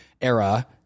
era